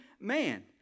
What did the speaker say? man